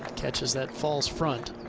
catches that false front.